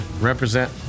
represent